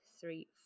three